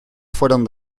fueron